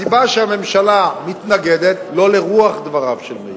הסיבה שהממשלה מתנגדת, לא לרוח דבריו של מאיר,